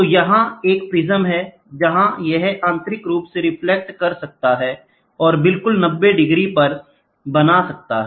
तो यहां एक प्रिज्म है जहां यह आंतरिक रूप से रिफ्लेक्ट कर सकता है और बिल्कुल 90 डिग्री बना सकता है